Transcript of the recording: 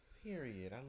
Period